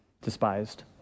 despised